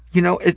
you know,